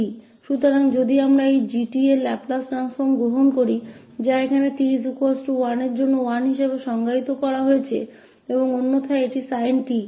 इसलिए यदि हम इस g𝑡 के लाप्लास रूपान्तरण को लेते हैं जिसे यहाँ t 1 के लिए 1 के रूप में परिभाषित किया गया है और अन्यथा यह sin 𝑡 है